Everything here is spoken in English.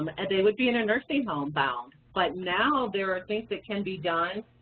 um and they would be in a nursing home bound. but now there are things that can be done,